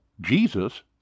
Jesus